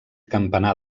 campanar